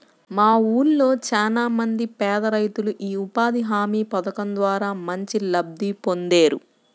మా ఊళ్ళో చానా మంది పేదరైతులు యీ ఉపాధి హామీ పథకం ద్వారా మంచి లబ్ధి పొందేరు